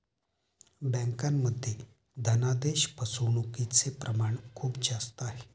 बँकांमध्ये धनादेश फसवणूकचे प्रमाण खूप जास्त आहे